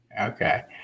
Okay